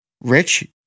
Rich